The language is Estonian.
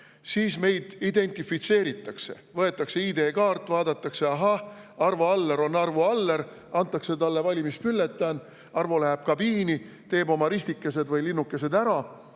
siis meid identifitseeritakse, võetakse ID-kaart, vaadatakse: ahah, Arvo Aller on Arvo Aller, antakse talle valimisbülletään, Arvo läheb kabiini, teeb oma ristikesed või linnukesed ära